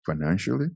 financially